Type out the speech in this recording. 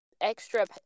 extra